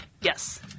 yes